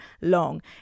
long